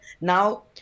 now